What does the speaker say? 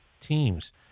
teams